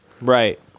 Right